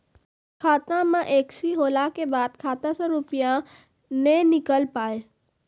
खाता मे एकशी होला के बाद खाता से रुपिया ने निकल पाए?